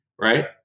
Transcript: right